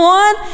one